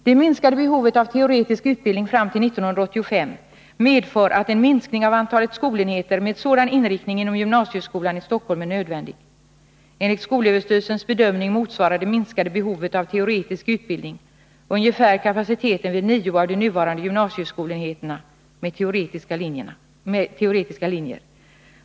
Det minskade behovet av teoretisk utbildning fram till 1985 medför att en minskning av antalet skolenheter med sådan inriktning inom gymnasieskolan i Stockholm är nödvändig. Enligt skolöverstyrelsens bedömning motsvarar det minskade behovet av teoretisk utbildning ungefär kapaciteten vid nio av de nuvarande gymnasieskolenheterna med teoretiska linjer.